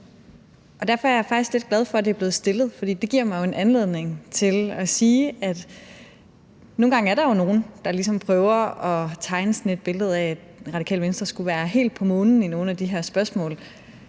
derfor er jeg faktisk glad for, at det er blevet stillet, for det giver mig en anledning til at sige noget: Der er jo nogle gange nogen, der ligesom prøver at tegne et billede af, at Radikale Venstre skulle være helt på månen i nogle af de her spørgsmål,